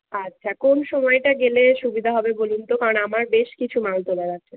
আচ্ছা কোন সময়টা গেলে সুবিধা হবে বলুন তো কারণ আমার বেশ কিছু মাল তোলার আছে